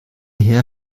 herr